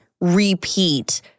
repeat